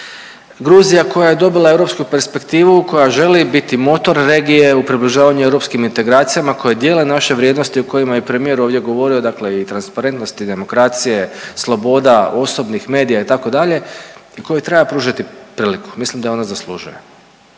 Gruzija koja je dobila europsku perspektivu koja želi biti motor regije u približavanju europskim integracijama koje dijele naše vrijednosti o kojima je premijer ovdje govorio, dakle i transparentnost i demokracije, sloboda osobnih medija kojoj treba pružati priliku, mislim da je ona zaslužuje.